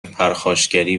پرخاشگری